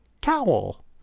Cowl